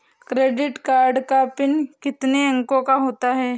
Credit card का pin कितने अंकों का होता है?